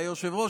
היושב-ראש,